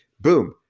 Boom